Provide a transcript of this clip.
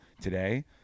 today